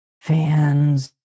fans